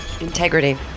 integrity